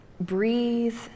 Breathe